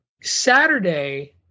saturday